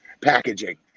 packaging